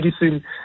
medicine